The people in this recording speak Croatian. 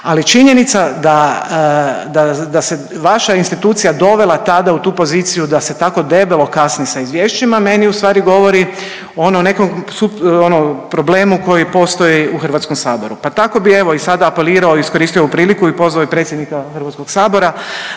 ali činjenica da se vaša institucija dovela tada u tu poziciju da se tako debelo kasni sa izvješćima, meni ustvari govori o problemu koji postoji u HS-u. Pa tako bi evo sada apelirao i iskoristio ovu priliku i pozvao i predsjednika HS-a da